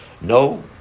No